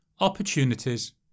Opportunities